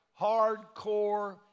hardcore